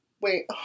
Wait